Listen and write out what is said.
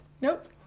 Nope